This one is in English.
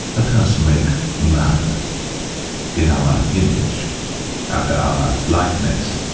let us make man in our image after our likeness